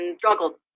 struggled